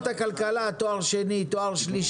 רק שנייה.